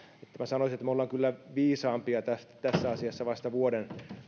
mutta minä sanoisin että me olemme kyllä viisaampia tässä asiassa vasta vuoden